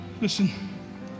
Listen